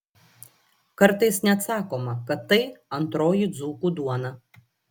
kartais net sakoma kad tai antroji dzūkų duona